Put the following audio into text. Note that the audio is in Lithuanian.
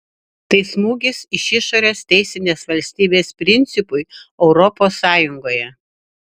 tai smūgis iš išorės teisinės valstybės principui europos sąjungoje